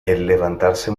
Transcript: levantarse